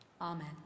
Amen